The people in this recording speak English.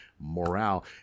morale